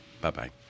Bye-bye